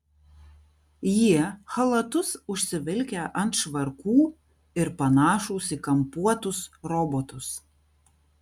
jie chalatus užsivilkę ant švarkų ir panašūs į kampuotus robotus